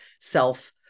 self